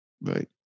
right